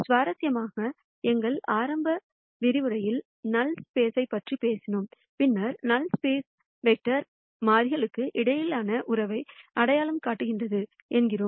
சுவாரஸ்யமாக எங்கள் ஆரம்ப சொற்பொழிவுகளில் நல் ஸ்பேஸ்பற்றி பேசினோம் பின்னர் நல் ஸ்பேஸ் வெக்டர் மாறிகளுக்கு இடையிலான உறவை அடையாளம் காட்டுகிறது என்றோம்